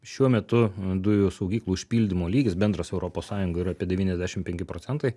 šiuo metu dujų saugyklų užpildymo lygis bendras europos sąjungoj yra apie devyniasdešim penki procentai